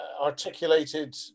articulated